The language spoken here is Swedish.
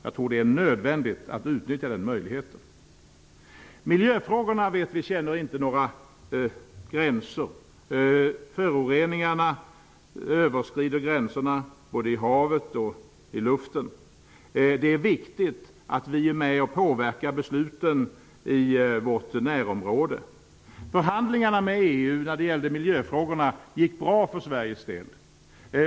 Jag tror att det är nödvändigt att utnyttja den möjligheten. Miljöfrågorna känner inte några gränser. Det vet vi. Föroreningarna överskrider gränserna både i havet och i luften. Det är viktigt att vi är med och påverkar besluten i vårt närområde. Förhandlingarna med EU i miljöfrågorna gick bra för Sveriges del.